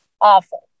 awful